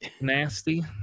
Nasty